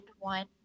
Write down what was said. one